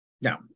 Now